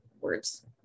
Words